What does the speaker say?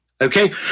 Okay